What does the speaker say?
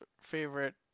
favorite